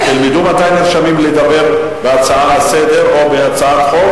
תלמדו מתי נרשמים לדבר בהצעה לסדר-היום או בהצעת חוק